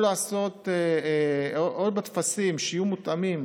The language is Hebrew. או שהטפסים יהיו מותאמים